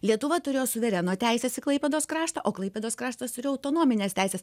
lietuva turėjo suvereno teises į klaipėdos kraštą o klaipėdos kraštas turi autonomines teises